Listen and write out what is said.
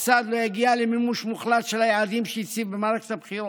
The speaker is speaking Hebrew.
שום צד לא יגיע למימוש מוחלט של היעדים שהציב במערכת הבחירות.